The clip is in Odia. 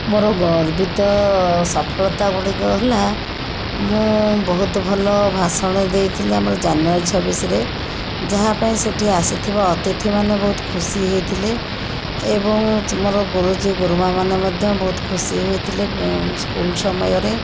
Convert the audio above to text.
ମୋ'ର ଗର୍ବିତ ସଫଳତା ଗୁଡ଼ିକ ହେଲା ମୁଁ ବହୁତ ଭଲ ଭାଷଣ ଦେଇଥିଲି ଆମର ଜାନୁଆରୀ ଛବିଶରେ ଯାହାପାଇଁ ସେଇଠି ଆସିଥିବା ଅତିଥି ମାନେ ବହୁତ ଖୁସି ହୋଇଥିଲେ ଏବଂ ତୁମର ଗୁରୁଜୀ ଗୁରୁମା ମାନେ ମଧ୍ୟ ବହୁତ ଖୁସି ହୋଇଥିଲେ ସ୍କୁଲ ସମୟରେ